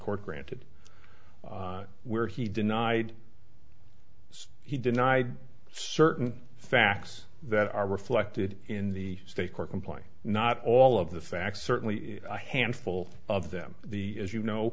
court granted where he denied he denied certain facts that are reflected in the stake or complaint not all of the facts certainly a handful of them the as you know